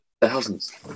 thousands